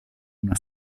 una